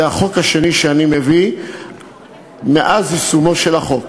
זה החוק השני שאני מביא מאז יישומו של החוק,